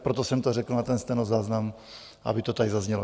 proto jsem to řekl na stenozáznam, aby to tady zaznělo.